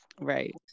Right